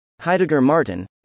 Heidegger-Martin